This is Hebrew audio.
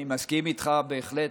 אני מסכים איתך בהחלט.